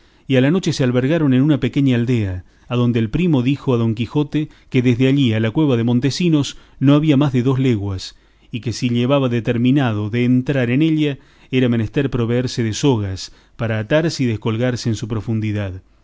y a la noche se albergaron en una pequeña aldea adonde el primo dijo a don quijote que desde allí a la cueva de montesinos no había más de dos leguas y que si llevaba determinado de entrar en ella era menester proverse de sogas para atarse y descolgarse en su profundidad